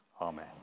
Amen